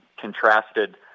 contrasted